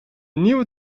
nieuwe